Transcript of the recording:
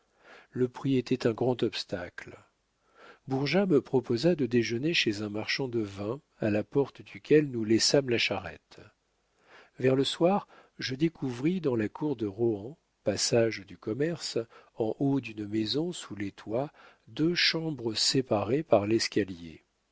le prix était un grand obstacle bourgeat me proposa de déjeuner chez un marchand de vin à la porte duquel nous laissâmes la charrette vers le soir je découvris dans la cour de rohan passage du commerce en haut d'une maison sous les toits deux chambres séparées par l'escalier